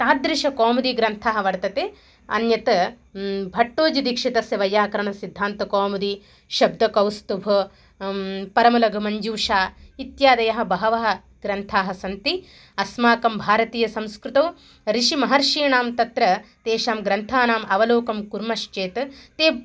ताद्दृशः कौमुदीग्रन्थः वर्तते अन्यत् भट्टोजिदीक्षितस्य वैयाकरणसिद्धान्तकौमुदी शब्दकौस्तुभः परमलघुमञ्जूषा इत्यादयः बहवः ग्रन्थाः सन्ति अस्माकं भारतीयसंस्कृतौ ऋषिमहर्षीणां तत्र तेषां ग्रन्थान् अवलोकं कुर्मश्चेत् ते